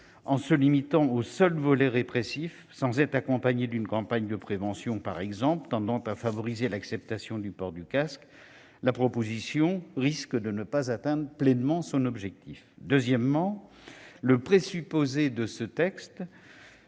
en se limitant au seul volet répressif, sans être accompagnée d'une campagne de prévention tendant à favoriser l'acceptation du port du casque, la proposition de loi risque de ne pas atteindre pleinement son objectif. Ensuite, ce texte